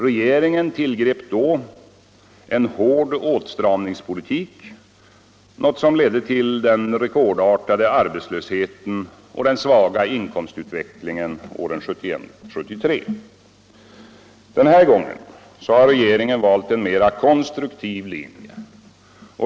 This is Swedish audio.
Regeringen tillgrep då en hård åtstramningspolitik, något som ledde till den rekordartade arbetslösheten och den svaga inkomstutvecklingen år 1971-1973. Den här gången har regeringen valt en mera konstruktiv linje.